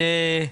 ארז,